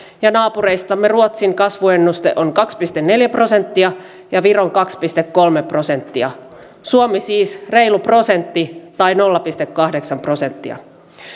ja naapureistamme ruotsin kasvuennuste on kaksi pilkku neljä prosenttia ja viron kaksi pilkku kolme prosenttia suomen siis reilu prosentti tai nolla pilkku kahdeksan prosenttia